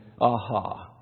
Aha